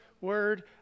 word